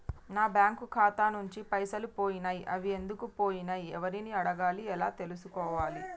నా బ్యాంకు ఖాతా నుంచి పైసలు పోయినయ్ అవి ఎందుకు పోయినయ్ ఎవరిని అడగాలి ఎలా తెలుసుకోవాలి?